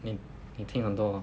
你你听很多 hor